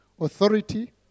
authority